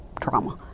trauma